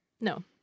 no